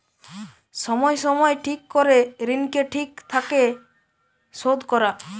সময় সময় ঠিক করে ঋণকে ঠিক থাকে শোধ করা